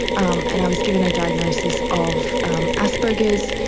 um and i was given a diagnosis of asperger's.